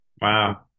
Wow